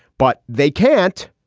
but they can't.